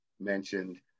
mentioned